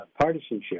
partisanship